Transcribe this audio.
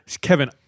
Kevin